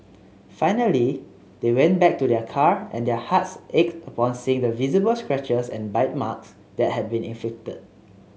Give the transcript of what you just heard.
finally they went back to their car and their hearts ached upon seeing the visible scratches and bite marks that had been inflicted